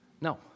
No